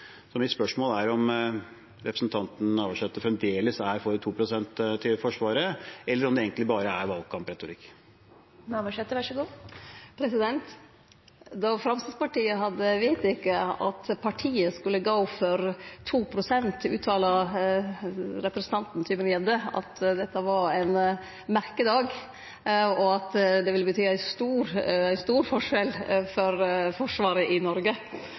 Så mitt spørsmål er om representanten Navarsete fremdeles er for 2 pst. til Forsvaret, eller om det egentlig bare er valgkampretorikk. Då Framstegspartiet hadde vedteke at partiet skulle gå for 2 pst., uttala representanten Tybring-Gjedde at dette var ein merkedag, og at det ville bety ein stor forskjell for forsvaret i